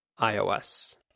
iOS